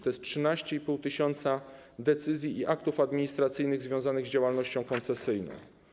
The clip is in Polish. To jest 13,5 tys. decyzji i aktów administracyjnych związanych z działalnością koncesyjną.